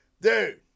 Dude